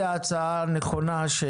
נכונה.